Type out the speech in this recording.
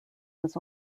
was